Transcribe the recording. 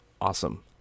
awesome